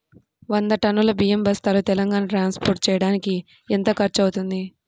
వంద టన్నులు బియ్యం బస్తాలు తెలంగాణ ట్రాస్పోర్ట్ చేయటానికి కి ఎంత ఖర్చు అవుతుంది?